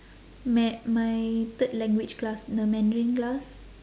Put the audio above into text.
ma~ my third language class the mandarin class